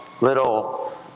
little